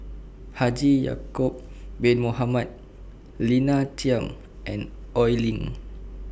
Haji Ya'Acob Bin Mohamed Lina Chiam and Oi Lin